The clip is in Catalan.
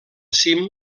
cim